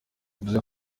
yavuze